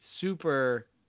super